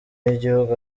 y’igihugu